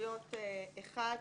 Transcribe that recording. סעיפים 1